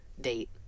date